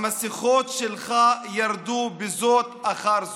המסכות שלך ירדו בזו אחר זו.